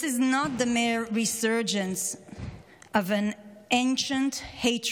This is not the mere resurgence of an ancient hatred,